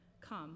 Come